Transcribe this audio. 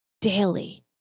daily